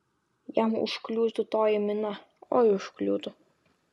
jam užkliūtų toji mina oi užkliūtų